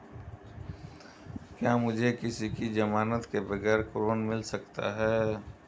क्या मुझे किसी की ज़मानत के बगैर ऋण मिल सकता है?